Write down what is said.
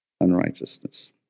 unrighteousness